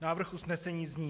Návrh usnesení zní: